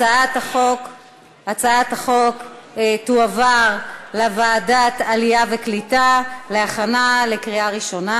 הצעת החוק תועבר לוועדת העלייה והקליטה להכנה לקריאה ראשונה.